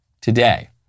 today